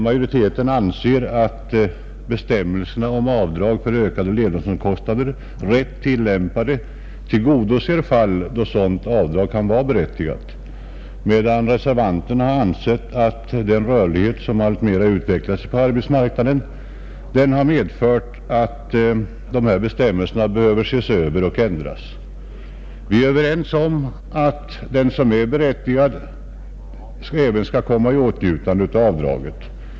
Majoriteten anser att ”bestämmelserna om avdrag för ökade levnadskostnader, rätt tillämpade, tillgodoser de fall då sådant avdrag kan vara berättigat”, medan reservanterna anser att den rörlighet, som alltmer utvecklat sig på arbetsmarknaden, har medfört att dessa bestämmelser behöver ses över och ändras. Vi är överens om att den som är berättigad även skall komma i åtnjutande av avdraget.